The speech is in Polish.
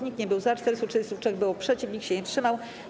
Nikt nie był za, 433 było przeciw, nikt się nie wstrzymał.